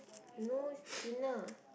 no thinner